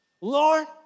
Lord